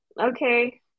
okay